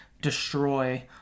destroy